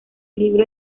libro